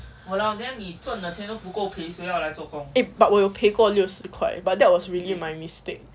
eh but 我有赔过六十块 but that was really my mistake